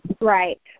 Right